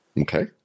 okay